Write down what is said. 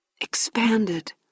expanded